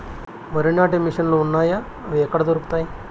వరి నాటే మిషన్ ను లు వున్నాయా? అవి ఎక్కడ దొరుకుతాయి?